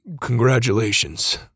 Congratulations